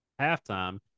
halftime